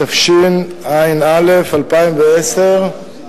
התשע"א 2010,